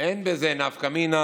אין בזה נפקא מינה